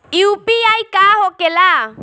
UPI का होके ला?